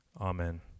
Amen